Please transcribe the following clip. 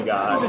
God